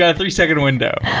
yeah three-second window.